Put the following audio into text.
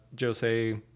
Jose